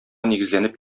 нигезләнеп